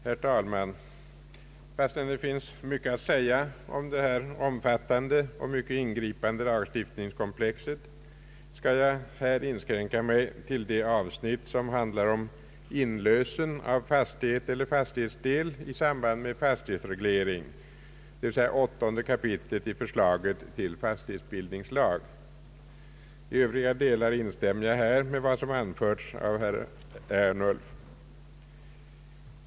Herr talman! Fastän det finns mycket att säga om detta omfattande och mycket ingripande lagstiftningskomplex skall jag här inskränka mig till att beröra det avsnitt som handlar om inlösen av fastighet eller fastighetsdel i samband med fastighetsreglering, d. v. s. 8 kap. i förslaget till fastighetsbildnings lag. I övriga delar instämmer jag här med vad som anförts av herr Ernulf.